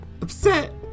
upset